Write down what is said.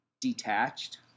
detached